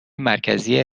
مرکزی